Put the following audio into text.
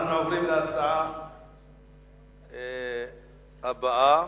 אנחנו עוברים לנושא הבא: